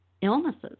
illnesses